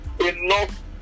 enough